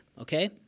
okay